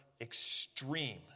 extreme